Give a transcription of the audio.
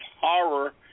horror